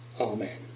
Amen